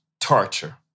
torture